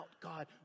God